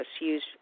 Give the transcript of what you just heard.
use